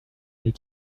les